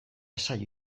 saio